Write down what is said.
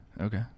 Okay